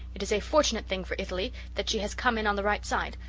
it is a fortunate thing for italy that she has come in on the right side,